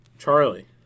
Charlie